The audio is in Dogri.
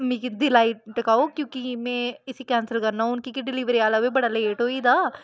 मिगी दिलाई टकाओ क्योंकि में इसी कैंसल करना कि के हून डिलीवरी आह्ला बी बड़ा लेट होई गेदा